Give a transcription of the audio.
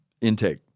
intake